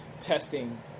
testing